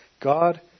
God